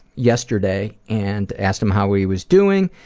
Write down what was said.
yesterday and asked him how he was doing,